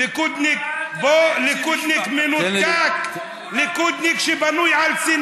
אל תחנך אותנו על מנחם בגין.